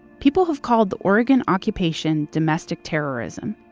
people have called the oregon occupation domestic terrorism,